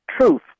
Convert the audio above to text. Truth